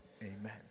Amen